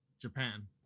Japan